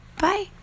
Bye